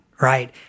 right